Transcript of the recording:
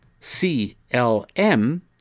C-L-M